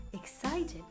excited